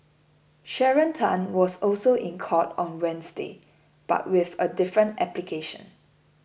Sharon Tan was also in court on Wednesday but with a different application